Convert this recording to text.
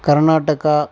Karnataka